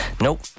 nope